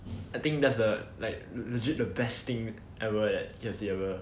I think that's the like legit the best thing ever at K_F_C ever